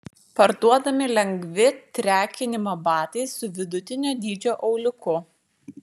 parduodami lengvi trekinimo batai su vidutinio dydžio auliuku